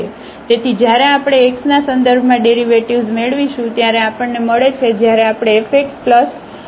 તેથી જ્યારે આપણે x ના સંદર્ભમાં ડેરિવેટિવ્ઝ મેળવીશું ત્યારે આપણને મળે છે જ્યારે આપણે fxλxમેળવીશું